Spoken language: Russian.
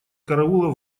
караула